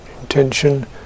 intention